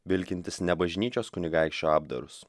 vilkintis ne bažnyčios kunigaikščio apdarus